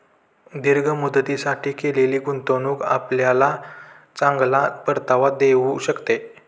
दीर्घ मुदतीसाठी केलेली गुंतवणूक आपल्याला चांगला परतावा देऊ शकते